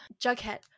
Jughead